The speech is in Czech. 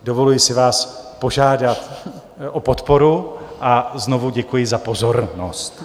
Dovoluji si vás požádat o podporu a znovu děkuji za pozornost.